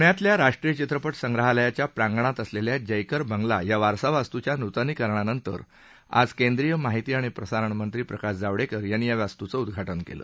प्ण्यातल्या राष्ट्रीय चित्रपट संग्रहालयाच्या प्रांगणात असलेल्या जयकर बंगला या वारसा वास्तृच्या नृतनीकरणानंतर आज केंद्रीय माहिती आणि प्रसारण मंत्री प्रकाश जावडेकर यांनी उद्धाटन केलं